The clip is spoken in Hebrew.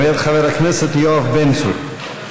מאת חבר הכנסת יואב בן צור.